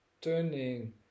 turning